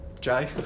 Jay